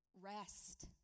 rest